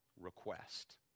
request